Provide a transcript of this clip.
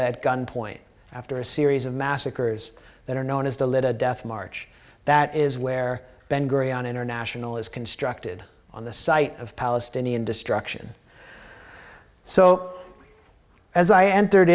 at gunpoint after a series of massacres that are known as the little death march that is where ben gurion international is constructed on the site of palestinian destruction so as i entered